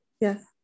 Yes